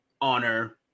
honor